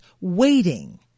waiting